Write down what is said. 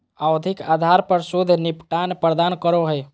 आवधिक आधार पर शुद्ध निपटान प्रदान करो हइ